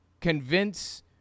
convince